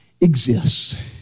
exists